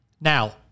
Now